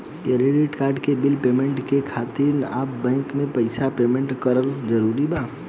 Credit card के bill payment करे खातिर आपन बैंक से पईसा पेमेंट करल जरूरी बा?